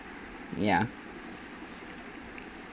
ya